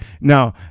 Now